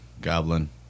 goblin